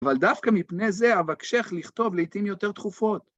אבל דווקא מפני זה אבקשך לכתוב לעתים יותר תכופות.